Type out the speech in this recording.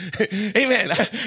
Amen